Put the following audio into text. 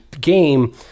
game